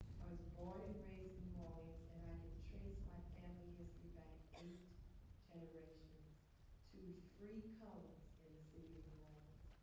i was born and raised in new orleans. and i can trace my family history back eight generations to free coloreds in the city of new orleans.